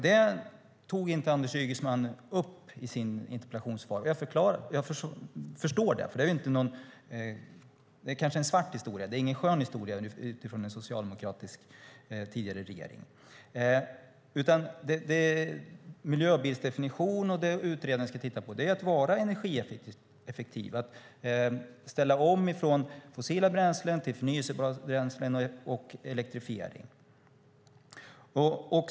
Det tog inte Anders Ygeman upp i sin interpellation, och jag förstår det. Det är kanske en svart historia. Det är ingen skön historia för en tidigare socialdemokratisk regering. Utredningen ska titta på energieffektiviseringar och hur man ställer om från fossila bränslen till förnybara bränslen och elektrifiering.